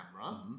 camera